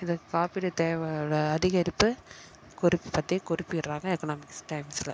இது காப்பீடு தேவையோடய அதிகரிப்பு குறிப்பு பற்றி குறிப்பிடுறாங்க எக்கனாமிக்ஸ் டைம்ஸ்ல